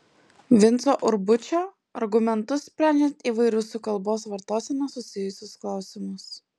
vinco urbučio argumentus sprendžiant įvairius su kalbos vartosena susijusius klausimus